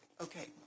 Okay